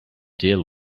deal